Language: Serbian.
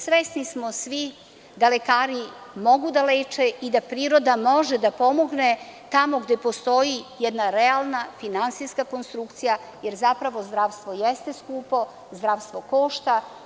Svesni smo svi da lekari mogu da leče i da priroda može da pomogne tamo gde postoji jedna realna finansijska konstrukcija, jer zapravo zdravstvo jeste skupo, zdravstvo košta.